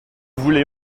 voulez